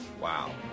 Wow